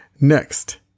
Next